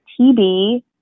TB